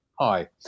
Hi